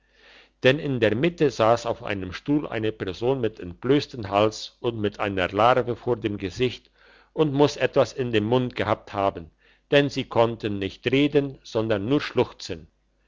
denn in der mitte sass auf einem stuhl eine person mit entblösstem hals und mit einer larve vor dem gesicht und muss etwas in dem mund gehabt haben denn sie konnte nicht reden sondern nur schluchzen